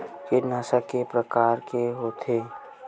कीटनाशक के प्रकार के होथे?